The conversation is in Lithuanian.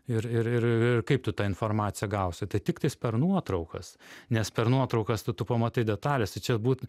ir ir ir ir kaip tu tą informaciją gausi tai tiktais per nuotraukas nes per nuotraukas tai tu pamatai detales tai čia būt